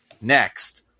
next